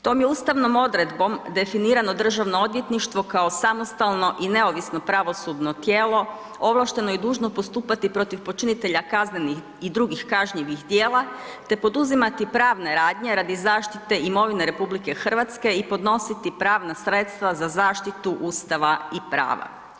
Tom je ustavnom odredbom definirano Državno odvjetništvo kao samostalno i neovisno pravosudno tijelo ovlašteno i dužno postupati protiv počinitelja kaznenih i drugih kažnjivih dijela te poduzimati pravne radnje radi zaštite imovine RH i podnositi pravna sredstva za zaštitu Ustava i prava.